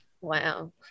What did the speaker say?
Wow